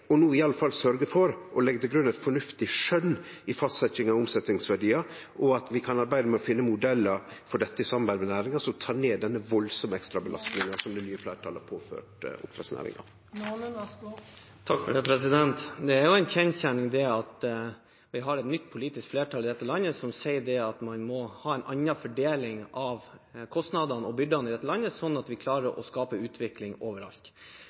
og no i alle fall sørgje for å leggje til grunn eit fornuftig skjøn i fastsetjinga av omsetningsverdiar, og at vi kan arbeide med å finne modellar for dette i samarbeid med næringa, som tek ned denne veldige ekstrabelastninga som det nye fleirtalet har påført oppdrettsnæringa? Det er en kjensgjerning at vi har et nytt politisk flertall i dette landet som sier at man må ha en annen fordeling av kostnadene og byrdene, sånn at vi klarer å skape utvikling